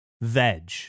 veg